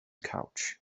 couch